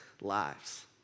lives